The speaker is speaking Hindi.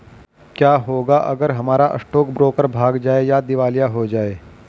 क्या होगा अगर हमारा स्टॉक ब्रोकर भाग जाए या दिवालिया हो जाये?